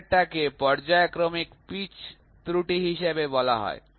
পরেরটাকে পর্যায়ক্রমিক পিচ ত্রুটি হিসাবে বলা হয়